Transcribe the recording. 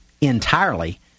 entirely